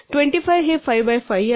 25 हे 5 बाय 5 आहे